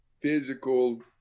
physical